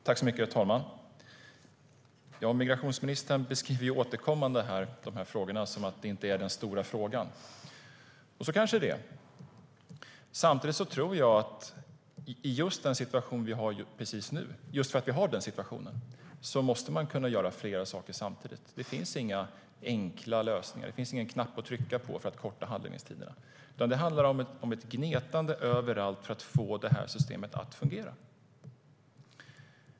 Herr talman! Migrationsministern säger återkommande att det här inte är den stora frågan. Så kanske det är, men samtidigt tror jag att just för att vi nu har den situation vi har måste vi kunna göra flera saker samtidigt. Det finns inga enkla lösningar. Det finns ingen knapp att trycka på för att korta handläggningstiderna. Det handlar om ett gnetande överallt för att få systemet att fungera.